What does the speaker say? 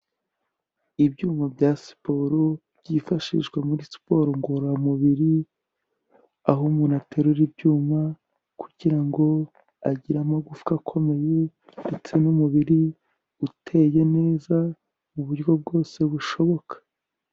Ibyuma bya siporo byifashishwa muri siporo ngororamubiri, aho umuntu aterura ibyuma kugira ngo agire amagufwa akomeye ndetse n'umubiri uteye neza mu buryo bwose bushoboka.